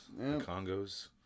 congos